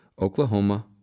Oklahoma